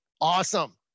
awesome